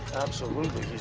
absolutely,